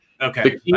Okay